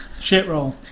Shitroll